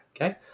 okay